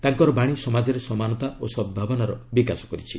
ତାଙ୍କର ବାଣୀ ସମାଜରେ ସମାନତା ଓ ସଦ୍ଭାବନାର ବିକାଶ କରିଛି